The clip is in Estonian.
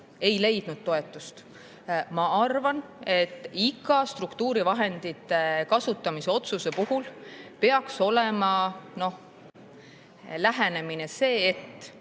Ma arvan, et iga struktuurivahendite kasutamise otsuse puhul peaks olema lähenemine see, et